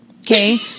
Okay